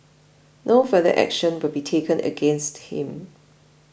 no further action will be taken against him